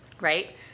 right